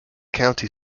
county